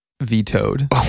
vetoed